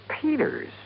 Peters